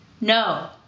No